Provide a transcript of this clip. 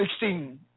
16